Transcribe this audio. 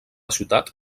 ciutat